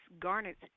garnets